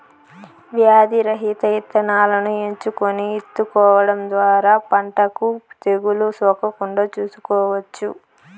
వ్యాధి రహిత ఇత్తనాలను ఎంచుకొని ఇత్తుకోవడం ద్వారా పంటకు తెగులు సోకకుండా చూసుకోవచ్చు